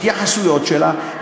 ההתייחסויות שלה.